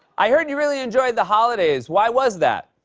i heard you really enjoyed the holidays. why was that?